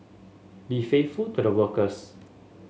be faithful to the workers